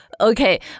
Okay